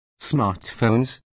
smartphones